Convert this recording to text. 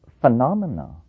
phenomena